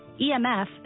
EMF